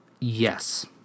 Yes